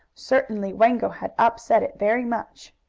certainly wango had upset it very much.